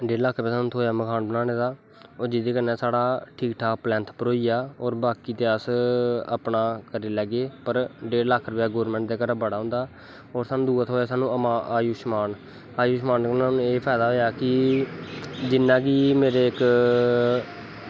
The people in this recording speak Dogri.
डेड़ लक्ख साह्नू थ्होया मकान बनानें दा जेह्दे कन्नै साढ़ा ठीक ठाक पलैंथ परोआ गेआ ते बाकी अस आपैं करी लैग्गे पर डेड़ लक्ख रपेआ गौरमैंट दे घरा दा बड़ा होंदा और दुआ साह्नू थ्होया अयुष्मान अयुष्मान कन्नै एह् फैदा होया कि जिसलै कि मेरे इक